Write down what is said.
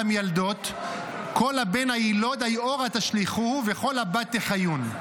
למיילדות: "כל הבן הילוד היארה תשליכהו וכל הבת תחיון".